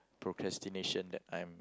procrastination that I'm